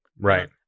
Right